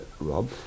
Rob